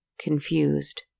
confused